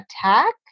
attack